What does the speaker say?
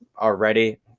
already